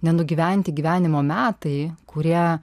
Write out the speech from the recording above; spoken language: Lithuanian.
nenugyventi gyvenimo metai kurie